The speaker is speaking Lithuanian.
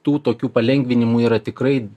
tų tokių palengvinimų yra tikrai